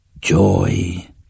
joy